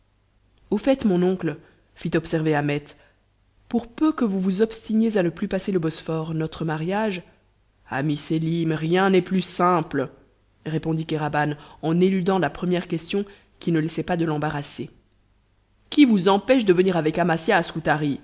au fait mon oncle fit observer ahmet pour peu que vous vous obstiniez à ne plus passer le bosphore notre mariage ami sélim rien n'est plus simple répondit kéraban en éludant la première question qui ne laissait pas de l'embarrasser qui vous empêche de venir avec amasia